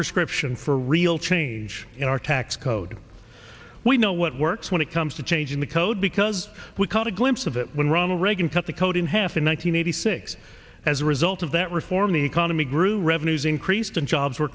prescription for real change in our tax code we know what works when it comes to changing the code because we caught a glimpse of it when ronald reagan cut the code in half in one thousand nine hundred six as a result of that reform the economy grew revenues increased and jobs were